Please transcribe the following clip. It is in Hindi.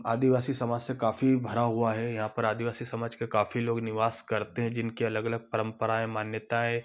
आदिवासी समाज से काफी भरा हुआ है यहाँ पर आदिवासी समाज के काफी लोग निवास करते हैं जिनके अलग अलग परम्पराएं मान्यताएं